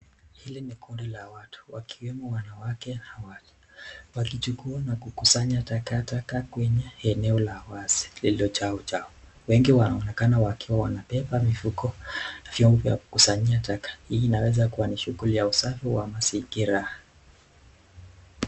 Hili ni kundi la watu wakiwemo wanawake hawa. Walijukuu na kukusanya takataka kwenye eneo la wazi liliojaa uchafu. Wengi wanaonekana wakiwa wanabeba mifuko na vyombo vya kusanyia taka. Hii inaweza kuwa ni shughuli ya usafi wa mazingira.